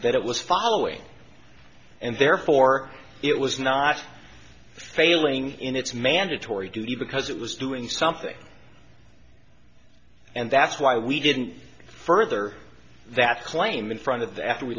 that it was following and therefore it was not failing in its mandatory duty because it was doing something and that's why we didn't further that claim in front of the after we